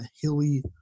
hilly